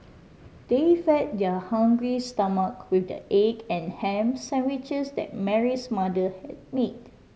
they fed their hungry stomach with the egg and ham sandwiches that Mary's mother had made